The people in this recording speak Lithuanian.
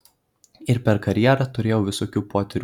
ir per karjerą turėjau visokių potyrių